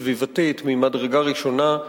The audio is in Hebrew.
סביבתית ממדרגה ראשונה.